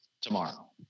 tomorrow